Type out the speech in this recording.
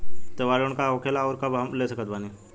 त्योहार लोन का होखेला आउर कब हम ले सकत बानी?